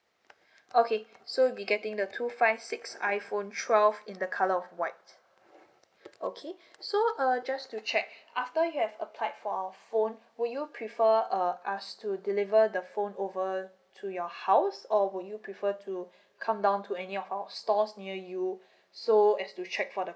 okay so you'll be getting the two five six iphone twelve in the colour of white okay so uh just to check after you have applied for a phone would you prefer uh us to deliver the phone over to your house or would you prefer to come down to any of our stores near you so as to check for the